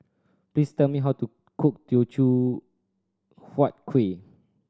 please tell me how to cook Teochew Huat Kueh